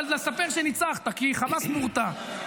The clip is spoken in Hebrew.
אבל לספר שניצחת כי חמאס מורתע.